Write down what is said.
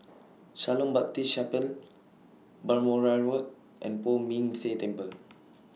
Shalom Baptist Chapel Balmoral Road and Poh Ming Tse Temple